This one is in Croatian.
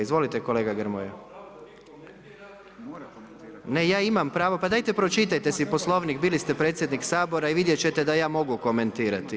Izvolite kolega Grmoja. … [[Upadica se ne čuje.]] Ne, ja imam pravo, pa dajte, pročitajte si poslovnik, bili ste predsjednik Sabora i vidjeti ćete da ja mogu komentirati.